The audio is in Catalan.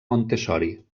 montessori